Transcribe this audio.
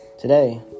Today